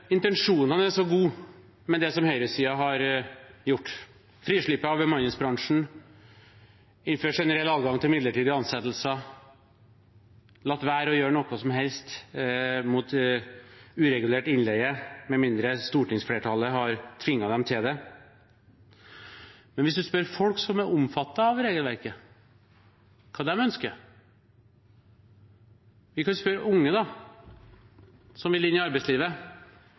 intensjonene er så gode med det som høyresiden har gjort – frislipp av bemanningsbransjen, innført generell adgang til midlertidig ansettelser, latt være å gjøre noe som helst med uregulert innleie, med mindre stortingsflertallet har tvunget dem til det. Men man kan spørre folk som er omfattet av regelverket, hva de ønsker. Vi kan spørre unge som vil inn i arbeidslivet.